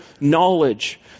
knowledge